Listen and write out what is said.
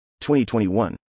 2021